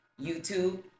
YouTube